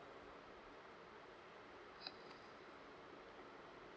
mm